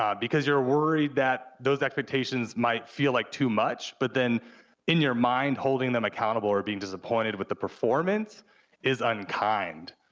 um because you're worried that those expectations might feel like too much, but then in your mind holding them accountable or being disappointed with the performance is unkind.